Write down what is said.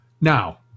Now